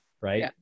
Right